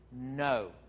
No